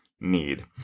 need